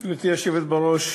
בראש,